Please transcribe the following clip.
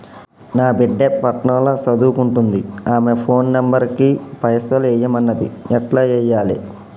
నా బిడ్డే పట్నం ల సదువుకుంటుంది ఆమె ఫోన్ నంబర్ కి పైసల్ ఎయ్యమన్నది ఎట్ల ఎయ్యాలి?